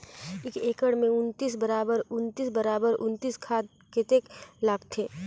एक एकड़ मे उन्नीस बराबर उन्नीस बराबर उन्नीस खाद कतेक लगथे?